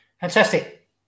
Fantastic